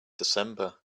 december